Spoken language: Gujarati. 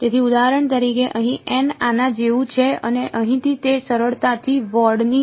તેથી ઉદાહરણ તરીકે અહીં આના જેવું છે અને અહીંથી તે સરળતાથી વોર્ડની બહાર છે